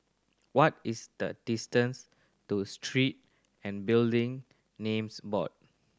what is the distance to Street and Building Names Board